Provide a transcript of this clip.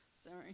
Sorry